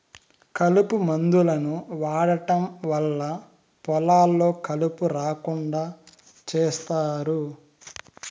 కలుపు మందులను వాడటం వల్ల పొలాల్లో కలుపు రాకుండా చేత్తారు